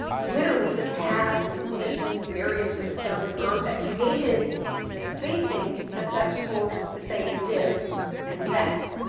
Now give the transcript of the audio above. literally the paths, indentations, barriers of stone and earth that created the spacings such that people could say this and that,